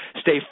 stay